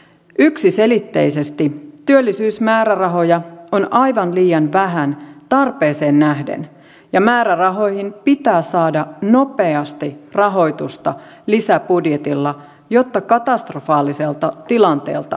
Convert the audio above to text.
yksiselitteisesti työllisyysmäärärahoja on aivan liian vähän tarpeeseen nähden ja määrärahoihin pitää saada nopeasti rahoitusta lisäbudjetilla jotta katastrofaaliselta tilanteelta vältytään